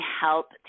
help